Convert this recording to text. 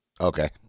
Okay